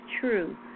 true